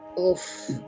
oof